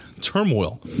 turmoil